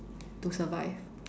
to survive